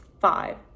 Five